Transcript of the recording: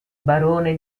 barone